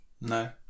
no